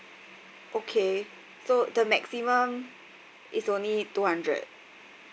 okay so the maximum is only two hundred